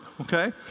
okay